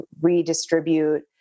redistribute